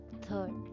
Third